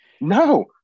No